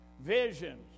visions